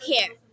care